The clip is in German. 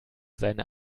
seine